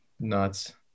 Nuts